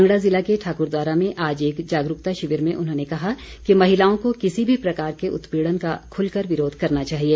कांगड़ा ज़िला के ठाकुरद्वारा में आज एक जागरूकता शिविर में उन्होंने कहा कि महिलाओं को किसी भी प्रकार के उत्पीड़न का खुलकर विरोध करना चाहिए